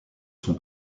son